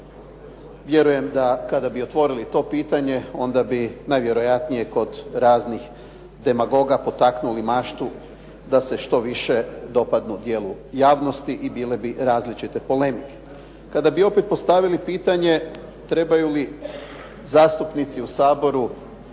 Vjerujem da kada bi otvorili to pitanje onda bi najvjerojatnije kod raznih demagoga potaknuli maštu da se što više dopadnu dijelu javnosti i bile bi različite polemike. Kada bi opet postavili pitanje trebaju li zastupnici u Saboru